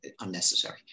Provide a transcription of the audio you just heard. unnecessary